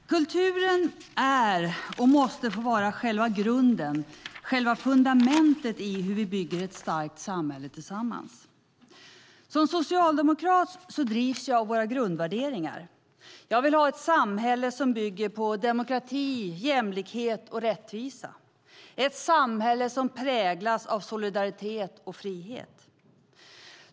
Herr talman! Kulturen är och måste få vara själva grunden, själva fundamentet i hur vi bygger ett starkt samhälle tillsammans. Som socialdemokrat drivs jag av våra grundvärderingar. Jag vill ha ett samhälle som bygger på demokrati, jämlikhet och rättvisa, ett samhälle som präglas av solidaritet och frihet.